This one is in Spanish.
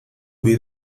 fui